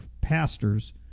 pastors